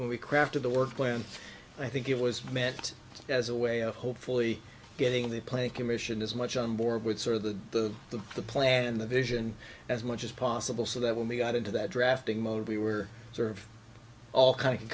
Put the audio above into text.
when we crafted a work plan i think it was meant as a way of hopefully getting the play commissioned as much on board with sort of the the the plan the vision as much as possible so that when we got into that drafting mode we were sort of all kind of